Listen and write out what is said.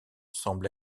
semble